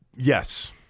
Yes